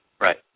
Right